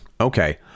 okay